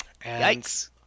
Yikes